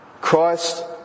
Christ